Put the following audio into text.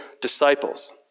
disciples